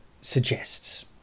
suggests